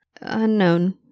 unknown